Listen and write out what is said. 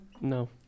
No